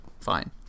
Fine